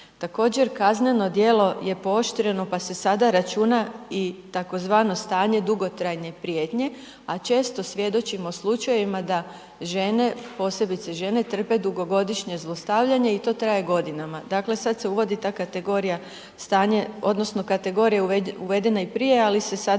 Također kazneno djelo je pooštreno pa se sada računa i tzv. stanje dugotrajne prijetnje a često svjedočimo slučajima da žene posebice žene trpe dugogodišnje zlostavljanje i to traje godinama. Dakle sad se uvodi ta kategorija stanje odnosno kategorija uvedena i prije ali se sada